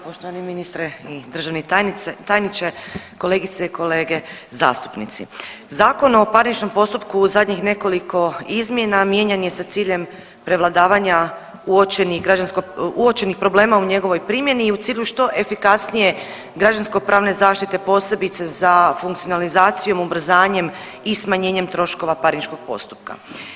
Poštovani ministre i državni tajniče, kolegice i kolege zastupnici, Zakon o parničnom postupku u zadnjih nekoliko izmjena mijenjan je sa ciljem prevladavanja uočenih problema u njegovoj primjeni i u cilju što efikasnije građansko pravne zaštite posebice za funkcionalizacijom, ubrzanjem i smanjenjem troškova parničnog postupka.